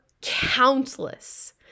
countless